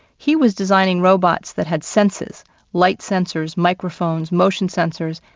he was designing robots that had senses light sensors, microphones, motion sensors.